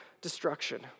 destruction